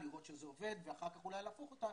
לראות שזה עובד ואחר כך אולי להפוך אותה